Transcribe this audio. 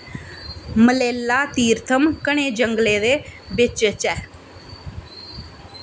मल्लेला तीर्थम घने जंगलें दे बिच्च च ऐ